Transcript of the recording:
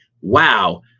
wow